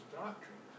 doctrine